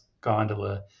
gondola